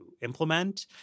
implement